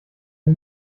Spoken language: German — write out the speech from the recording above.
sie